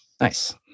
Nice